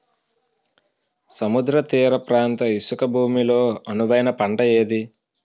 సముద్ర తీర ప్రాంత ఇసుక భూమి లో అనువైన పంట ఏది?